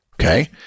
okay